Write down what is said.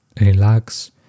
relax